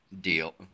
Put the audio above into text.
deal